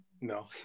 no